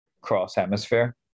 cross-hemisphere